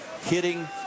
hitting